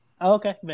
Okay